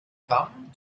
femmes